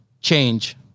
change